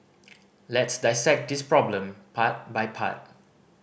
let's dissect this problem part by part